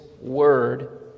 word